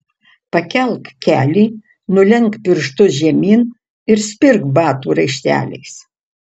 pakelk kelį nulenk pirštus žemyn ir spirk batų raišteliais